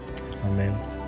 Amen